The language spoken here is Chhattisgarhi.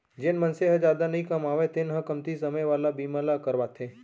जेन मनसे ह जादा नइ कमावय तेन ह कमती समे वाला बीमा ल करवाथे